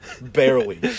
Barely